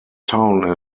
town